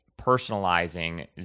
personalizing